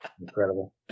Incredible